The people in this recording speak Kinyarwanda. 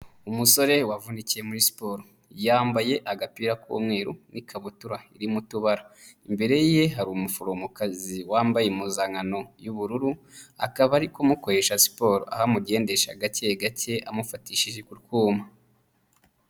Umusore wavunikiye muri siporo. Yambaye agapira k'umweru n'ikabutura irimo tubara, imbere ye hari umuforomokazi wambaye impuzankano y'ubururu, akaba ari kumukoresha siporo, aho amugendesha gake gake amufatishije ku twuma.